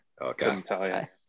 Okay